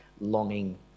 longing